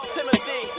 Timothy